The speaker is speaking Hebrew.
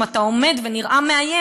אם אתה עומד ונראה מאיים,